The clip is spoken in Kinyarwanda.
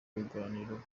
biganiro